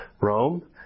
Rome